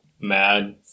mad